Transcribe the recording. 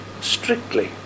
strictly